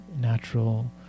natural